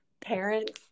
parents